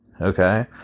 Okay